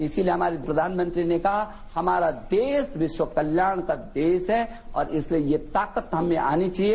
इसीलिए हमारे प्रधानमंत्री ने कहा हमारा देश विश्व कल्याण का देश है और इसे ये ताकत सामने आनी चाहिए